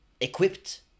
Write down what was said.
equipped